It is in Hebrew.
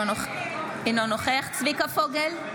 אינו נוכח צביקה פוגל,